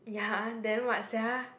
ya and then what sia